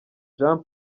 jean